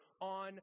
on